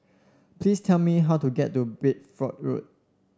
please tell me how to get to Bedford Road